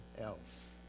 else